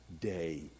day